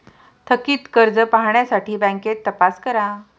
थकित कर्ज पाहण्यासाठी बँकेत तपास करा